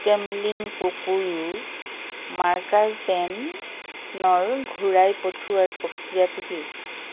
Camlin Kokuyo marker পেনৰ ঘূৰাই পঠিওৱাৰ প্ৰক্ৰিয়াটো কি